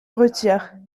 retire